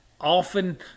often